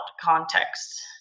context